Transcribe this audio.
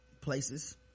places